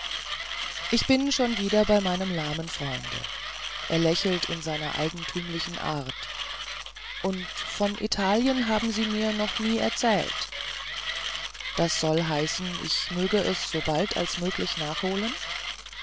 ich bin schon wieder bei meinem lahmen freunde er lächelt in seiner eigentümlichen art und von italien haben sie mir noch nie erzählt das soll heißen ich möge es sobald als möglich nachholen